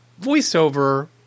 voiceover